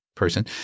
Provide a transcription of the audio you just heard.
person